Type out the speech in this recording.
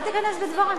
אל תיכנס בדברי.